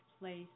place